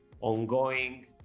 ongoing